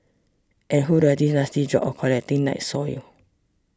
and who does this nasty job of collecting night soil